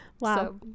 Wow